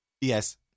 Yes